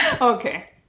Okay